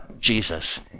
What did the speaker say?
Jesus